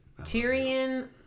Tyrion